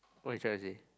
what you trying to say